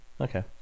Okay